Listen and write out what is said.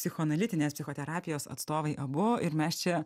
psichoanalitinės psichoterapijos atstovai abu ir mes čia